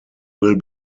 will